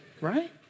right